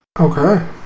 Okay